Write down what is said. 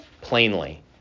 plainly